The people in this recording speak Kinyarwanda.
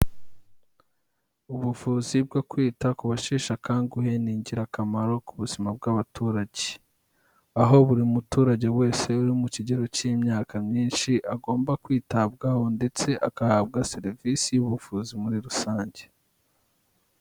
Ubuvuzi bwo kwita ku bashesha akanguhe ni ingirakamaro ku buzima bw'abaturage. Aho buri muturage wese uri mu kigero cy'imyaka myinshi agomba kwitabwaho, ndetse agahabwa serivisi y'ubuvuzi muri rusange.